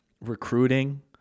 recruiting